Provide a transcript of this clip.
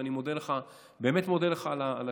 ואני באמת מודה לך על השאלה.